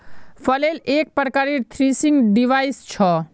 flail एक प्रकारेर threshing device छ